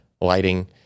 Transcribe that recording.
lighting